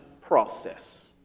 process